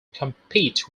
compete